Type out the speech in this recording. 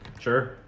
Sure